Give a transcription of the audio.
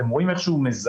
אתם רואים איך הוא מזנק.